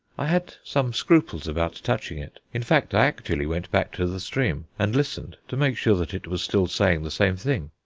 i had some scruples about touching it. in fact, i actually went back to the spring and listened, to make sure that it was still saying the same thing.